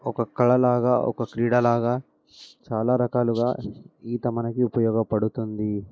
ఒక కళలాగా ఒక క్రీడలాగా చాలా రకాలుగా ఈత మనకి ఉపయోగపడుతుంది